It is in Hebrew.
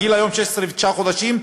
הגיל היום הוא 16 ותשעה חודשים.